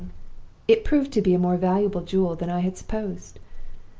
it proved to be a more valuable jewel than i had supposed.